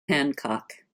hancock